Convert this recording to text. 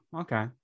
okay